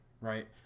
right